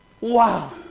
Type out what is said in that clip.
Wow